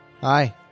Hi